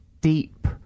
deep